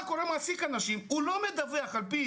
מעסיק אנשים, לא מדווח.